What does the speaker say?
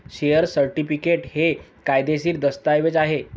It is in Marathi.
शेअर सर्टिफिकेट हे कायदेशीर दस्तऐवज आहे